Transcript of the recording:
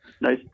nice